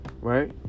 right